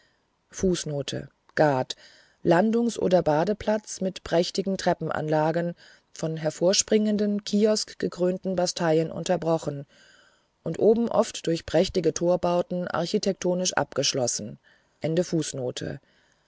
badeplatz mit prächtigen treppenanlagen von hervorspringenden kioskgekrönten basteien unterbrochen und oben oft durch prächtige torbauten architektonisch